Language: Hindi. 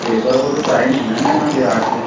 पेपर को तो टाइम है ना मैम अभी आठ दिन